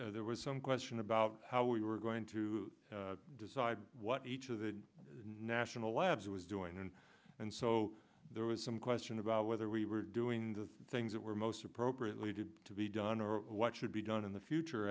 subcommittee there was some question about how we were going to decide what each of the national labs was doing and and so there was some question about whether we were doing the things that were most appropriately to to be done or what should be done in the future